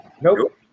Nope